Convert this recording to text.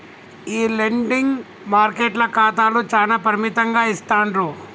ఈ లెండింగ్ మార్కెట్ల ఖాతాలు చానా పరిమితంగా ఇస్తాండ్రు